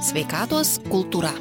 sveikatos kultūra